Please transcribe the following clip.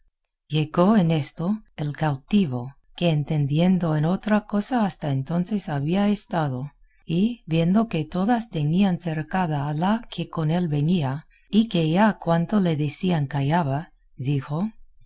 llegó en esto el cautivo que entendiendo en otra cosa hasta entonces había estado y viendo que todas tenían cercada a la que con él venía y que ella a cuanto le decían callaba dijo